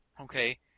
Okay